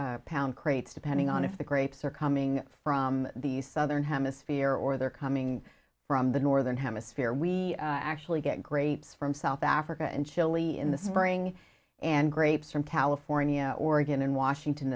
great pound crates depending on if the grapes are coming from the southern hemisphere or they're coming from the northern hemisphere we actually get grapes from south africa and chile in the spring and grapes from california oregon and washington